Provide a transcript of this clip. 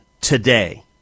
today